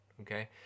okay